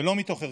ולא מתוך הרגל.